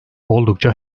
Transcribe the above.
oldukça